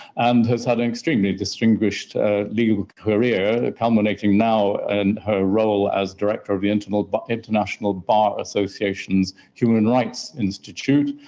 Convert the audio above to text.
and has had an extremely distinguished legal career, culminating now in and her role as director of the and and but international bar association's human rights institute,